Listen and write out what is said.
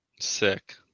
Sick